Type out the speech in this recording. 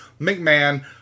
McMahon